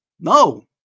no